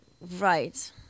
Right